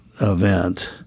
event